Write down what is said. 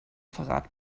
verrat